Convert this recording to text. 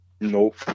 Nope